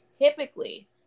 typically